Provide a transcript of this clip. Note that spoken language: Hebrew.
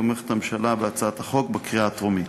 הממשלה תומכת בהצעת החוק בקריאה טרומית.